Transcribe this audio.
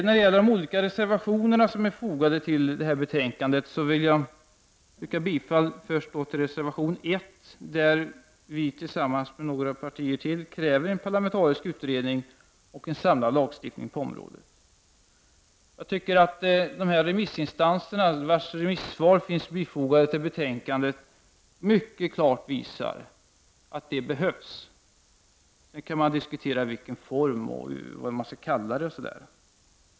När det gäller de olika reservationer som är fogade till betänkandet vill jag först yrka bifall till reservation 1, där vi tillsammans med några andra partier kräver en parlamentarisk utredning och en samlad lagstiftning på området. Remissinstanserna, vars remissvar finns bifogade till betänkandet, visar mycket klart att en sådan behövs. Sedan kan man diskutera vilken form den skall ha och vad den skall kallas.